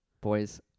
boys